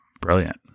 brilliant